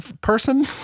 person